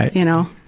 ah you know.